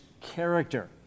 character